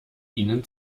ihnen